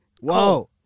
Whoa